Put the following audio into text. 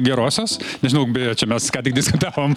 gerosios nežinau čia mes ką tik diskutavom